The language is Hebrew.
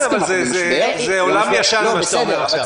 אבל זה עולם ישן מה שאתה אומר עכשיו.